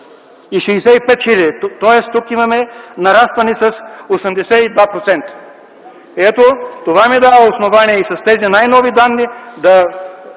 хил. лв., тоест тук имаме нарастване с 82%. Ето това ми дава основание, с тези най-нови данни, да